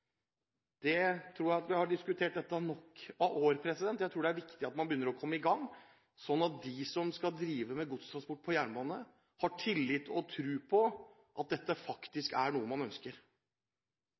Jeg tror vi har diskutert dette i mange nok år. Jeg tror det er viktig at man kommer i gang, sånn at de som skal drive med godstransport på jernbane, har tillit til og tro på at dette